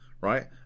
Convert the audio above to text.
right